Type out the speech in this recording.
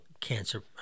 cancer